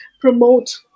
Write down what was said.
promote